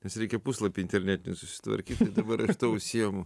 nes reikia puslapį internetinį susitvarkyt tai dabar aš tuo užsiimu